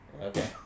Okay